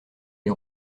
les